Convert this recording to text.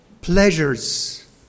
pleasures